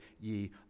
ye